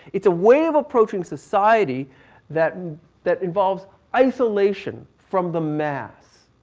it is a way of approaching society that that involves isolation from the mass